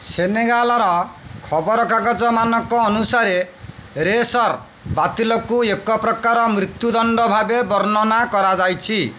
ସେନେଗାଲର ଖବରକାଗଜ ମାନଙ୍କ ଅନୁସାରେ ରେସ୍ର ବାତିଲକୁ ଏକ ପ୍ରକାର ମୃତ୍ୟୁଦଣ୍ଡ ଭାବେ ବର୍ଣ୍ଣନା କରାଯାଇଛି